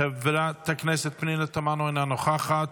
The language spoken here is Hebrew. חברת הכנסת פנינה תמנו, אינה נוכחת.